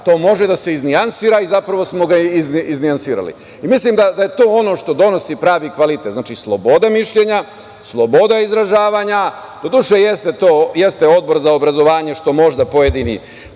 to može da se iznijansira i zapravo smo ga iznijansirali. Mislim da je to ono što donosi pravi kvalitet. Znači, sloboda mišljenja, sloboda izražavanja. Doduše, jeste Odbor za obrazovanje, što možda pojedini